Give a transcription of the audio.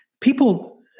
people